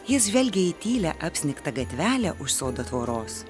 jis žvelgė į tylią apsnigtą gatvelę už sodo tvoros